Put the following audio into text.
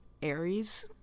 Aries